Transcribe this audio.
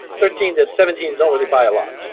thirteen to seventeen s don't really buy a lot.